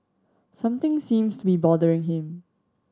something seems to be bothering him